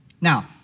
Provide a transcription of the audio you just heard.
Now